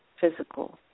physical